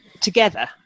together